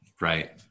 right